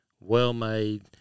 well-made